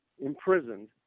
imprisoned